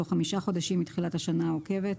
בתוך חמישה חודשים מתחילת השנה העוקבת.